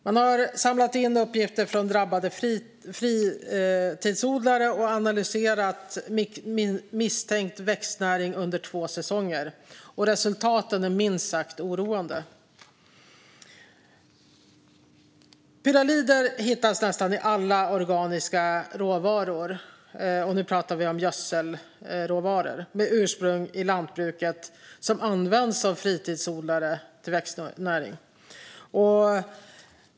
Man har samlat in uppgifter från drabbade fritidsodlare och analyserat misstänkt växtnäring under två säsonger. Resultaten är minst sagt oroande. Pyralider hittas i nästan alla organiska råvaror - vi pratar om gödselråvaror - med ursprung i lantbruket och som används av fritidsodlare till växtnäring.